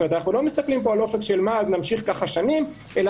זאת אומרת אנחנו לא מסתכלים על אופק של שנים אלא